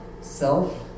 self